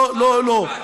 לא, לא, לא.